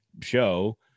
show